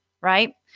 right